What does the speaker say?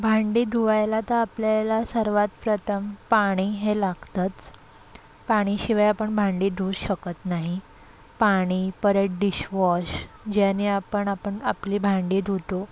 भांडी धुवायला तर आपल्याला सर्वात प्रथम पाणी हे लागतंच पाणीशिवाय आपण भांडी धुऊच शकत नाही पाणी परत डिशवॉश ज्यानी आपण आपण आपली भांडी धुतो